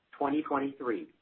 2023